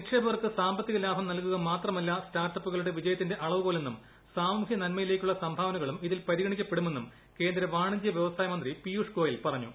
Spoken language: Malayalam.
നിക്ഷേപകർക്ക് സാമ്പത്തിക ലാഭം നിൽകുക മാത്രമല്ല സ്റ്റാർട്ടപ്പുകളുടെ വിജയത്തിന്റെ അളവുകോലെന്നും സാമൂഹ്യ നന്മയിലേക്കുള്ള സംഭാവനകളും ഇതിൽ പരിഗ്രണിക്കപ്പെടുമെന്നും കേന്ദ്ര വാണിജ്യ വ്യവസായ മന്ത്രി പിയൂഷ് ഗ്യോർ പറഞ്ഞു